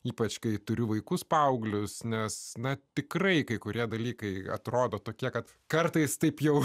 ypač kai turiu vaikus paauglius nes na tikrai kai kurie dalykai atrodo tokie kad kartais taip jau